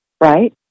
Right